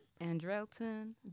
Andrelton